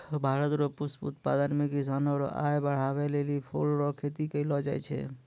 भारत रो पुष्प उत्पादन मे किसानो रो आय बड़हाबै लेली फूल रो खेती करलो जाय छै